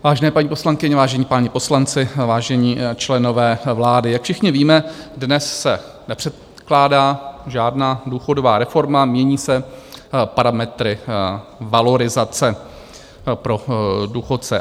Vážené paní poslankyně, vážení páni poslanci, vážení členové vlády, jak všichni víme, dnes se nepředkládá žádná důchodová reforma, mění se parametry valorizace pro důchodce.